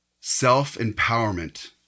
self-empowerment